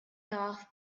off